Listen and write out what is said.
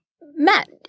Matt